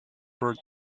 for